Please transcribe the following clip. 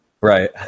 right